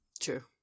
True